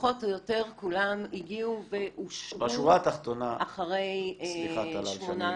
פחות או יותר כולם הגיעו ואושרו אחרי שמונה,